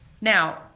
Now